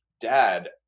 Dad